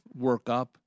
workup